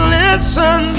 listen